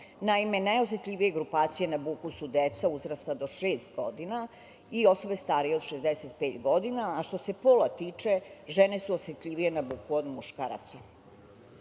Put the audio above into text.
Naime, najosetljivija grupacija na buku su deca uzrasta do šest godina, i osobe starije od 65 godina, a što se pola tiče žene su osetljivije na buku od muškaraca. Kada